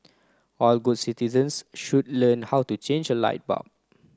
all good citizens should learn how to change a light bulb